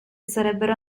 sarebbero